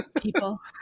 People